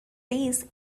days